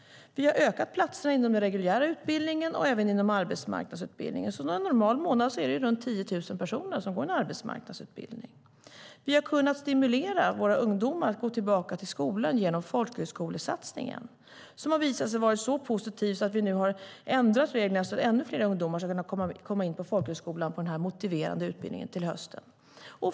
Vi har ökat antalet platser inom den reguljära utbildningen och även inom arbetsmarknadsutbildningen. Under en normal månad är det runt 10 000 personer som går en arbetsmarknadsutbildning. Vi har kunnat stimulera våra ungdomar att gå tillbaka till skolan genom folkhögskolesatsningen, som har visat sig vara så positiv att vi nu har ändrat reglerna så att ännu fler ungdomar ska kunna komma in på folkhögskolan på den här motiverande utbildningen till hösten.